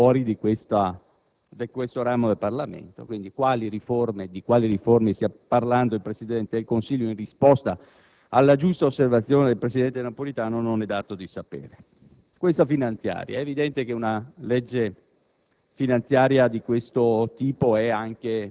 studiata, discussa, approvata al di fuori di questo ramo del Parlamento. Quindi, di quali riforme parli il Presidente del Consiglio in risposta alla giusta osservazione del presidente Napolitano non è dato sapere. Per quanto riguarda questa finanziaria, è evidente che una legge